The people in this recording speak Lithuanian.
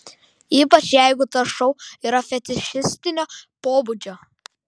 ypač jeigu tas šou yra fetišistinio pobūdžio